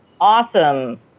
awesome